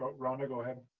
rhonda, go ahead.